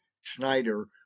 Schneider